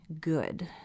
good